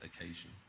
occasion